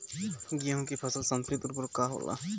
गेहूं के फसल संतुलित उर्वरक का होला?